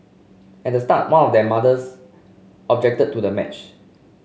at start more of their mothers objected to the match